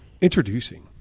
introducing